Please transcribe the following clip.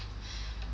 !wah!